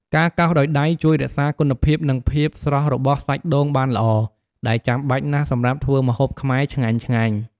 ការកោសដោយដៃជួយរក្សាគុណភាព និងភាពស្រស់របស់សាច់ដូងបានល្អ ដែលចាំបាច់ណាស់សម្រាប់ធ្វើម្ហូបខ្មែរឆ្ងាញ់ៗ។